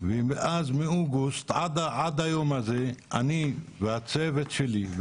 מאז עד היום הזה הצוות שלי,